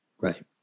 Right